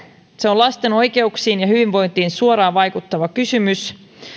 se on lasten oikeuksiin ja hyvinvointiin suoraan vaikuttava kysymys